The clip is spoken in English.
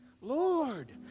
Lord